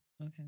okay